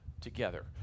together